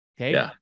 Okay